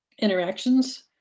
interactions